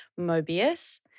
Mobius